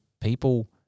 people